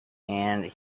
and